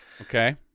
okay